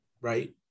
right